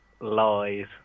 lies